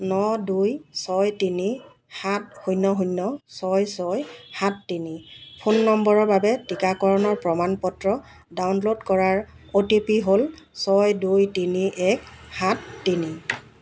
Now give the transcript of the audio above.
ন দুই ছয় তিনি সাত শূণ্য শূণ্য ছয় ছয় সাত তিনি ফোন নম্বৰৰ বাবে টীকাকৰণৰ প্ৰমাণ পত্ৰ ডাউনলোড কৰাৰ অ'টিপি হ'ল ছয় দুই তিনি এক সাত তিনি